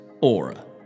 Aura